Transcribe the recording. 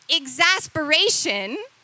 exasperation